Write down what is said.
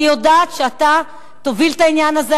אני יודעת שאתה תוביל את העניין הזה.